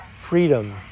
freedom